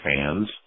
fans